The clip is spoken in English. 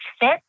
fit